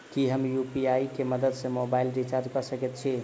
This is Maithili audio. की हम यु.पी.आई केँ मदद सँ मोबाइल रीचार्ज कऽ सकैत छी?